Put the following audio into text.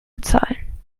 bezahlen